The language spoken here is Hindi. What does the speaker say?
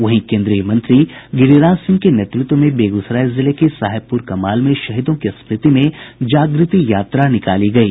वहीं केन्द्रीय मंत्री गिरिराज सिंह के नेतृत्व में बेगूसराय जिले के साहेबपुर कमाल में शहीदों की स्मृति में जागृति यात्रा निकाली गयी